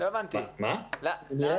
וזאת